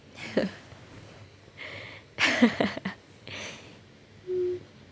hmm